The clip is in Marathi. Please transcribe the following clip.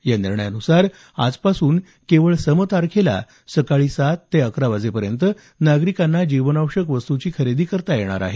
या निर्णयानुसार आजपासून केवळ सम तारखेलाच सकाळी सात ते अकरा वाजेपर्यंत नागरिकांना जीवनावश्यक वस्तुंची खरेदी करता येणार आहे